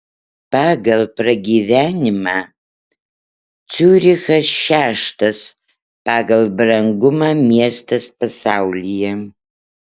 pagal pragyvenimą ciurichas šeštas pagal brangumą miestas pasaulyje